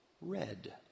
red